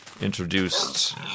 introduced